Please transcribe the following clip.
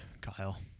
Kyle